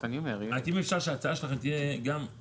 אם אפשר שההצעה שלכם תהיה גם עם שלבים.